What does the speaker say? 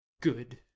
good